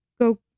go